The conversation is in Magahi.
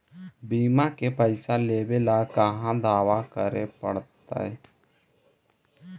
बिमा के पैसा लेबे ल कहा दावा करे पड़तै?